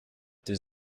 does